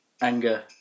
Anger